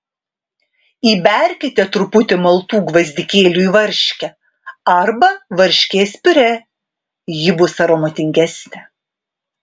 įberkite truputį maltų gvazdikėlių į varškę arba varškės piurė ji bus aromatingesnė